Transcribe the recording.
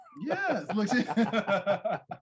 Yes